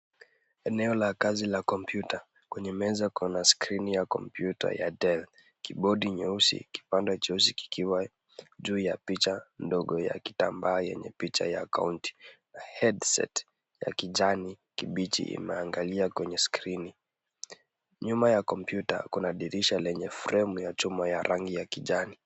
Eneo la kazi la computer .Kwenye meza kuna skirini ya computer ya dell. Kii bodi nyeusi, kipande cheusi kikiwa juu ya picha ndogo ya kitambaa yenye picha ya county . Head set ya kijani kibichi imeangalia kwenye skrini. Nyuma ya computer kuna dirisha yenye fremu ya chuma ya rangi ya kijani.